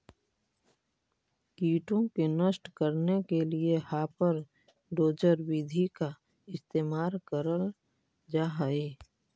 कीटों को नष्ट करने के लिए हापर डोजर विधि का इस्तेमाल करल जा हई